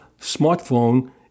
smartphone